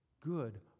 good